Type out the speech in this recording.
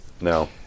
no